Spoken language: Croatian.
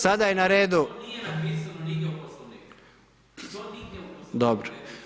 Sada je na redu… … [[Upadica Maras, ne razumije se.]] Dobro.